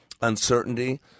Uncertainty